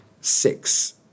six